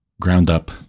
ground-up